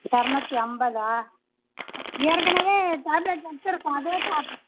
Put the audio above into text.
இரநூத்தி ஐம்பதா ஏற்கனவே டேப்லெட் வெச்சுருக்கோம் அதுவும் சாப்பு